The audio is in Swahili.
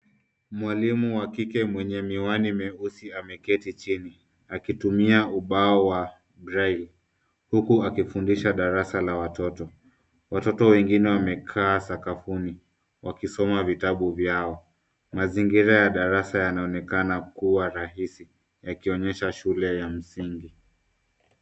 Mwalimu wa kike mwenye miwani mieusi ameketi chini akitumia ubao wa braile huku akifundisha darasa la watoto. Watoto wengine wamekaa sakafuni wakisoma vitabu vyao. Mazingira ya darasa yanaonekana kuwa rahisi, yakionyesha shule ya msingi.